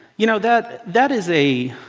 you know that that is a,